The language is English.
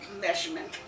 measurement